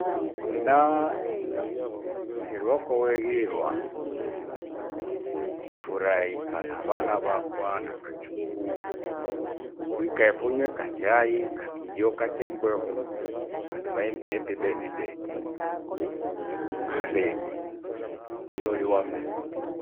Hena mfiri wako weghirwa nchifurahi kaa na vana vakwa na wachukuu. Huikae funywe kachai, kakijo kachembweho vandu vaimbe hepi bethiday, hari mchele woliwa mnu.